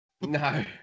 No